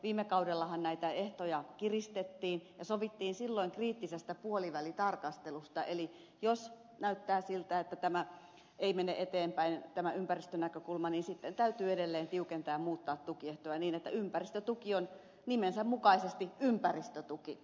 viime kaudellahan näitä ehtoja kiristettiin ja sovittiin silloin kriittisestä puolivälitarkastelusta eli jos näyttää siltä että tämä ympäristönäkökulma ei mene eteenpäin niin sitten täytyy edelleen tiukentaa ja muuttaa tukiehtoja niin että ympäristötuki on nimensä mukaisesti ympäristötuki